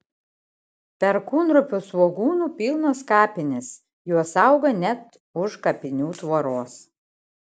perkūnropių svogūnų pilnos kapinės jos auga net už kapinių tvoros